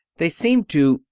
they seemed to,